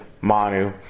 Manu